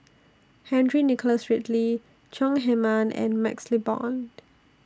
Henry Nicholas Ridley Chong Heman and MaxLe Blond